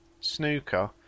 snooker